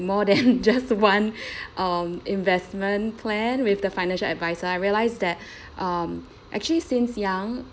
more than just one um investment plan with the financial adviser I realised that um actually since young